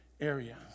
area